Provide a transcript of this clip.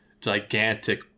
gigantic